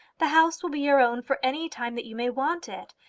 the house will be your own for any time that you may want it.